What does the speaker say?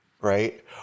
right